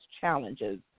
challenges